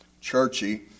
churchy